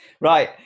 right